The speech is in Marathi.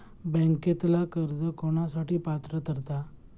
बँकेतला कर्ज कोणासाठी पात्र ठरता?